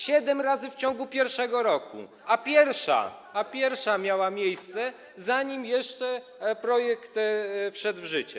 7 razy w ciągu pierwszego roku, a pierwsza miała miejsce zanim jeszcze projekt wszedł w życie.